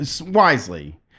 wisely